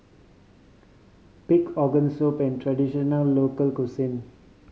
pig organ soup an traditional local cuisine